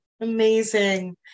Amazing